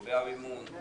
לגבי המימון,